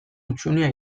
hutsunea